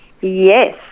Yes